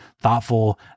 thoughtful